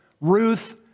Ruth